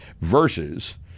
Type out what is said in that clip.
versus